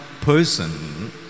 person